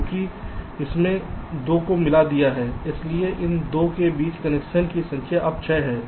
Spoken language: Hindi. क्योंकि हमने इन 2 को मिला दिया है इसलिए इन 2 के बीच कनेक्शन की संख्या अब 6 है